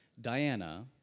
Diana